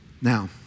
Now